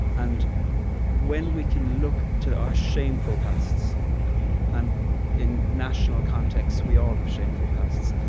and when we can look to our shameful pasts and in national contexts, we all have shameful pasts.